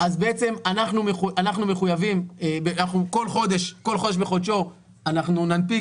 אז בעצם אנחנו כל חודש בחודשו ננפיק,